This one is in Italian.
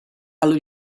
allo